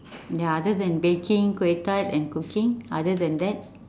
ya other than baking kueh tart and cooking other than that